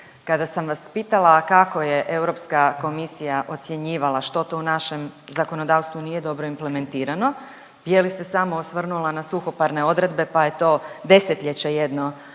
Kada sam vas pitala kako je Europska komisija ocjenjivala što to u našem zakonodavstvu nije dobro implementirano, je li se samo osvrnula na suhoparne odredbe pa je to desetljeće jedno